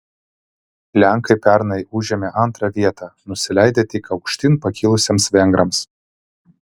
lenkai pernai užėmė antrą vietą nusileidę tik aukštyn pakilusiems vengrams